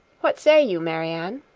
what say you, marianne?